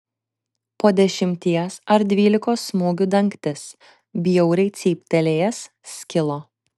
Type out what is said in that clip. po dešimties ar dvylikos smūgių dangtis bjauriai cyptelėjęs skilo